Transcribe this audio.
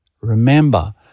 Remember